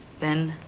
then